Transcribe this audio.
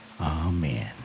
Amen